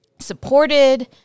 supported